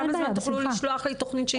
תוך כמה זמן תוכלו לשלוח לי תוכנית כזו?